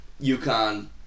UConn